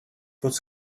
was